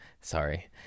Sorry